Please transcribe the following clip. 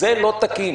זה לא תקין.